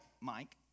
Mike